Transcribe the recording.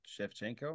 Shevchenko